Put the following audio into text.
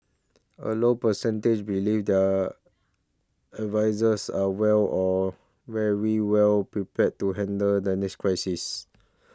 a low percentage believe their advisers are well or very well prepared to handle the next crisis